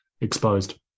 exposed